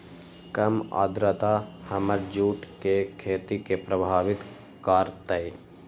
कम आद्रता हमर जुट के खेती के प्रभावित कारतै?